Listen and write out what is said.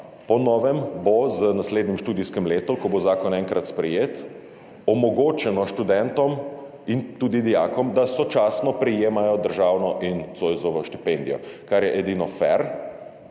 Po novem bo z naslednjim študijskim letom, ko bo zakon enkrat sprejet, omogočeno študentom in tudi dijakom, da sočasno prejemajo državno in Zoisovo štipendijo, kar je edino fer,